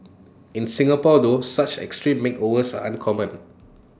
in Singapore though such extreme makeovers are uncommon